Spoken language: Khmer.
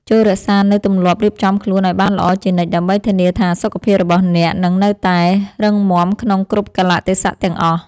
ចូររក្សានូវទម្លាប់រៀបចំខ្លួនឱ្យបានល្អជានិច្ចដើម្បីធានាថាសុខភាពរបស់អ្នកនឹងនៅតែរឹងមាំក្នុងគ្រប់កាលៈទេសៈទាំងអស់។